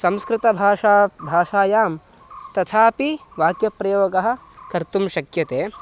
संस्कृतभाषा भाषायां तथापि वाक्यप्रयोगः कर्तुं शक्यते